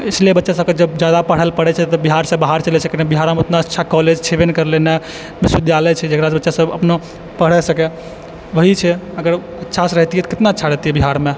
इसलिए बच्चा सबके जब ज्यादा पढऽ लऽ पड़ै छै तऽ बिहार से बाहर चलि जाइ छै कैला बिहार मे ओतना अच्छा कॉलेज छबे नहि करलै नहि विश्वविद्यालय छै जकरा सऽ बच्चा सब पढऽ सकए वहीँ छै अगर अच्छा सऽ रैहतियै तऽ कितना अच्छा रैहतियै बिहार मे